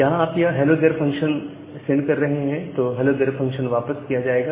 यहां आप यह हैलो देयर फंक्शन सेंड कर रहे हैं तो यह हैलो देयर फंक्शन वापस किया जाएगा